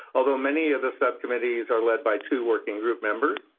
although many of the subcommittees are led by two working group members.